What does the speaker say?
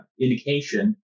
indication